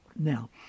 Now